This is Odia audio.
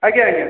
ଆଜ୍ଞା ଆଜ୍ଞା